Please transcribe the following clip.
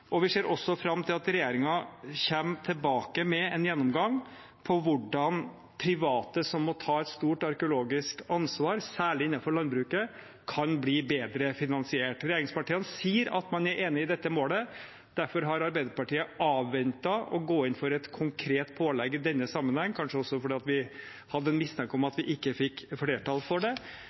og vi ser også fram til at regjeringen kommer tilbake med en gjennomgang av hvordan private som må ta et stort arkeologisk ansvar, særlig innenfor landbruket, kan bli bedre finansiert. Regjeringspartiene sier at de er enige i dette målet, derfor har Arbeiderpartiet avventet å gå inn for et konkret pålegg i denne sammenheng, kanskje også fordi vi hadde en mistanke om at vi ikke fikk flertall for det,